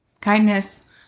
Kindness